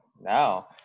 now